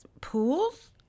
pools